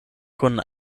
kun